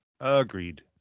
Agreed